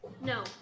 No